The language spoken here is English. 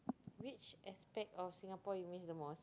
which aspect of Singapore do you miss the most